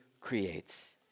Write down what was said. creates